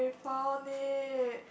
found it